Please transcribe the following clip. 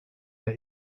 der